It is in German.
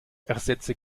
ersetze